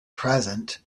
present